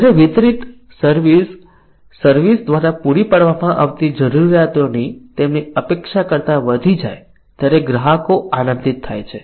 જ્યારે વિતરિત service service દ્વારા પૂરી પાડવામાં આવતી જરૂરિયાતોની તેમની અપેક્ષા કરતાં વધી જાય ત્યારે ગ્રાહકો આનંદિત થાય છે